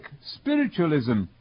spiritualism